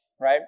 right